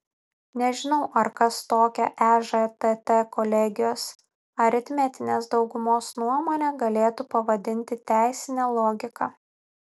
nežinau ar kas tokią ežtt kolegijos aritmetinės daugumos nuomonę galėtų pavadinti teisine logika